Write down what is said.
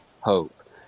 hope